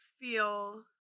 feel